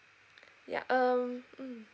ya um mm